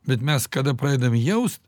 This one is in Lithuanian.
bet mes kada pradedam jaust